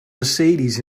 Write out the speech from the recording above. mercedes